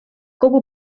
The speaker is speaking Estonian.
kogu